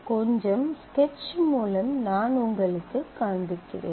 கொஞ்சம் ஸ்கெட்ச் மூலம் நான் உங்களுக்குக் காண்பிக்கிறேன்